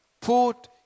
put